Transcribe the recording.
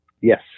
Yes